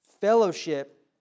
Fellowship